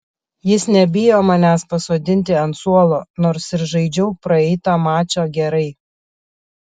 jis nebijo manęs pasodinti ant suolo nors ir žaidžiau praeitą mačą gerai